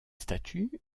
statuts